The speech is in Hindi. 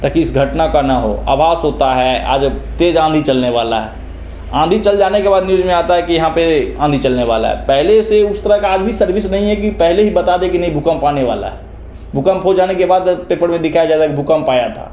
ताकि इस घटना का ना हो आभास होता है आज तेज़ आंधी चलने वाला है आंधी चल जाने के बाद न्यूज में आता है कि यहाँ पे आंधी चलने वाला है पहले से उस तरह का आज भी सर्विस नहीं है कि पहले ही बता दे कि नहीं भूकंप आने वाला है भूकंप हो जाने के बाद पेपर में दिखाया जाता है कि भूकंप आया था